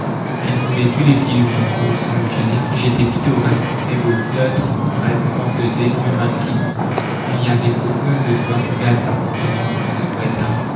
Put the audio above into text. elle moulait tous les plis de mon corps sans le gêner j'étais pittoresque et beau l'autre raide empesée me mannequine il n'y avait aucun besoin auquel sa complaisance ne se